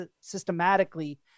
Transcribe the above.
systematically